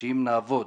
שאם נעבוד